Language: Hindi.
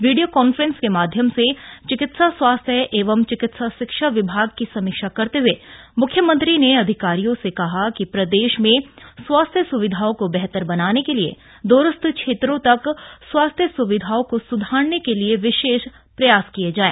वीडियो कांफ्रेंस के माध्यम से चिकित्सा स्वास्थ्य एवं चिकित्सा शिक्षा विभाग की समीक्षा करते हुए म्ख्यमंत्री ने अधिकारियों से कहा कि प्रदेश में स्वास्थ्य स्विधाओं को बेहतर बनाने के लिए द्रस्थ क्षेत्रों तक स्वास्थ्य सुविधाओं को सुधारने के लिए विशेष प्रयास किये जाय